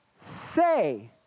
say